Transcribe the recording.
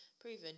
proven